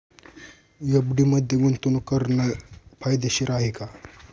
FD मध्ये गुंतवणूक करणे फायदेशीर आहे का?